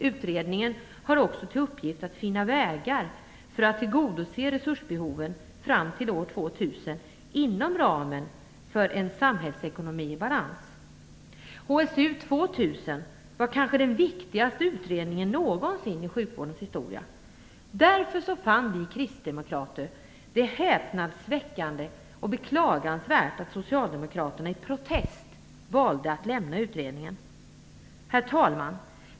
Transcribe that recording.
Utredningen har också till uppgift att finna vägar för att tillgodose resursbehoven fram till år 2000 inom ramen för en samhällsekonomi i balans. HSU 2000 är kanske den viktigaste utredningen någonsin i sjukvårdens historia. Därför fann vi kristdemokrater det häpnadsväckande och beklagansvärt att socialdemokraterna i protest valde att lämna utredningen. Herr talman!